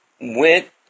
went